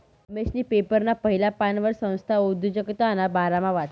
रमेशनी पेपरना पहिला पानवर संस्था उद्योजकताना बारामा वाचं